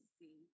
see